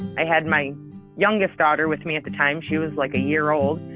i had my youngest daughter with me at the time. she was like a year old,